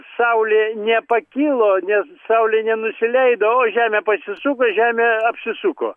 saulė nepakilo nes saulė nenusileido o žemė pasisuko žemė apsisuko